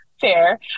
fair